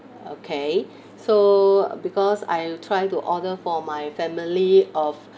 okay so because I try to order for my family of